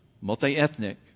multi-ethnic